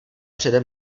přede